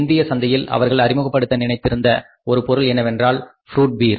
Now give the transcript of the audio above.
இந்திய சந்தையில் அவர்கள் அறிமுகப்படுத்த நினைத்திருந்த ஒரு பொருள் என்னவென்றால் ஃப்ரூட் பீர்